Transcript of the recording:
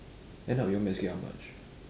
end up your maths get how much